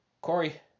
Corey